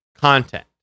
content